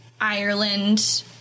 Ireland